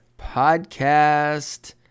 podcast